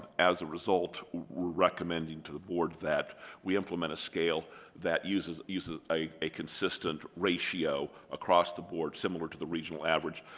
as a result we're recommending to the board that we implement a scale that uses uses a a consistent ratio across the board similar to the regional average.